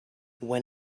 when